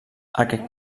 aquest